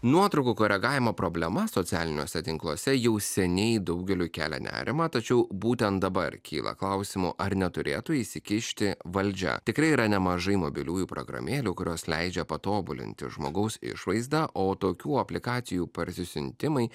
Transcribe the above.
nuotraukų koregavimo problema socialiniuose tinkluose jau seniai daugeliui kelia nerimą tačiau būtent dabar kyla klausimų ar neturėtų įsikišti valdžia tikrai yra nemažai mobiliųjų programėlių kurios leidžia patobulinti žmogaus išvaizdą o tokių aplikacijų parsisiuntimai